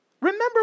Remember